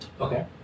Okay